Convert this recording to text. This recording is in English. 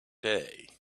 day